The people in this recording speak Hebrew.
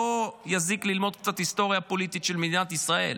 לא יזיק ללמוד קצת היסטוריה פוליטית של מדינת ישראל.